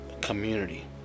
community